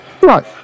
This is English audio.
right